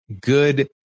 Good